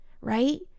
Right